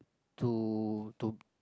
to to